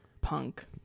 punk